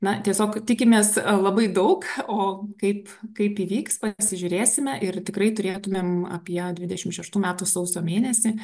na tiesiog tikimės labai daug o kaip kaip įvyks pasižiūrėsime ir tikrai turėtumėm apie dvidešimt šeštų metų sausio mėnesį